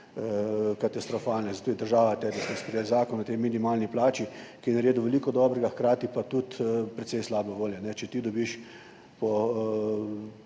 katastrofalne, zato je država takrat sprejela Zakon o tej minimalni plači, ki je naredil veliko dobrega, hkrati pa tudi precej slabe volje. Če ti dobiš po